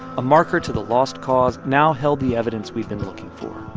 a marker to the lost cause now held the evidence we'd been looking for.